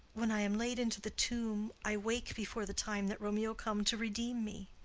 when i am laid into the tomb, i wake before the time that romeo come to redeem me?